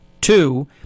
Two